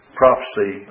prophecy